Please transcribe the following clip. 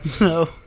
no